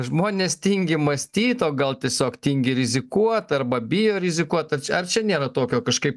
žmonės tingi mąstyt o gal tiesiog tingi rizikuot arba bijo rizikuot ar čia nėra tokio kažkaip